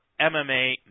MMA